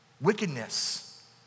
Wickedness